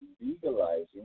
legalizing